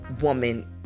woman